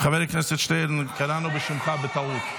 חבר הכנסת שטרן, קראנו בשמך בטעות.